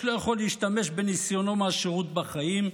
שלא יכול להשתמש בניסיונו מהשירות בחיים?